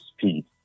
speed